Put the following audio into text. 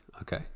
okay